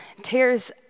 tears